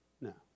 No